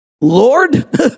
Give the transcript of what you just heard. Lord